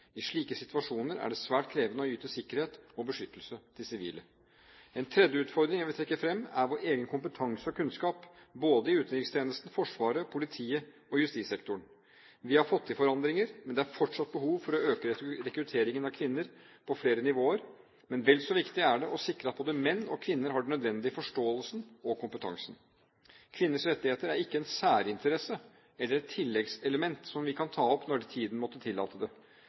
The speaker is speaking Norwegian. I slike situasjoner er det svært krevende å yte sikkerhet og beskyttelse til sivile. En tredje utfordring jeg vil trekke fram, er vår egen kompetanse og kunnskap både i utenrikstjenesten, Forsvaret, politiet og justissektoren. Vi har fått til forandringer. Det er fortsatt behov for å øke rekrutteringen av kvinner på flere nivåer, men vel så viktig er det å sikre at både menn og kvinner har den nødvendige forståelsen og kompetansen. Kvinners rettigheter er ikke en særinteresse eller et tilleggselement som vi kan ta opp når tiden måtte tillate det. Resolusjon 1325 skal være integrert i alle faser av vårt arbeid. Det